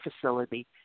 facility